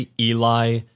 Eli